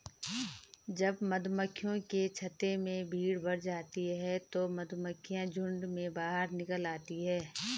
जब मधुमक्खियों के छत्ते में भीड़ बढ़ जाती है तो मधुमक्खियां झुंड में बाहर निकल आती हैं